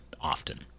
often